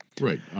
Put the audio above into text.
Right